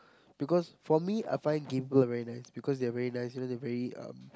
because for me I find gay people very nice because they are very nice you know they very um